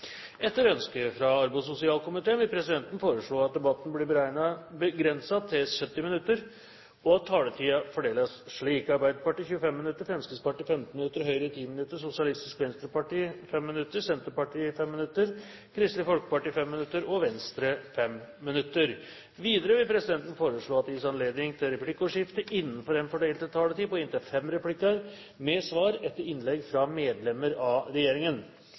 Etter ønske fra arbeids- og sosialkomiteen vil presidenten foreslå at debatten blir begrenset til 70 minutter, og at taletiden fordeles slik: Arbeiderpartiet 25 minutter, Fremskrittspartiet 15 minutter, Høyre 10 minutter, Sosialistisk Venstreparti 5 minutter, Senterpartiet 5 minutter, Kristelig Folkeparti 5 minutter og Venstre 5 minutter. Videre vil presidenten foreslå at det gis anledning til replikkordskifte på inntil fem replikker med svar etter innlegg fra medlemmer av regjeringen